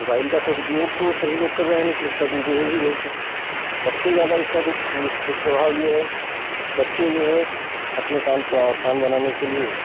mobile का सदुपयोग तो सभी लोग कर रहें है लेकिन इसका दुरुपयोग भी बहुत है सबसे जादा इसका दुष्प्रभाव ये है कि बच्चे जो है अपने काम को आसान बनाने के लिए